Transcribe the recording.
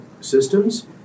systems